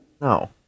No